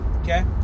Okay